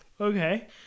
Okay